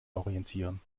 orientieren